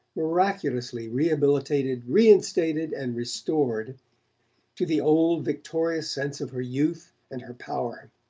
miraculously rehabilitated, reinstated, and restored to the old victorious sense of her youth and her power!